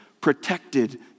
protected